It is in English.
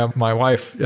um my wife, yeah